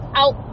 out